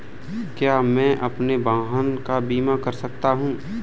क्या मैं अपने वाहन का बीमा कर सकता हूँ?